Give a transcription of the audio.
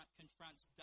confronts